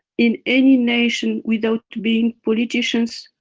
in any nation without being politicians,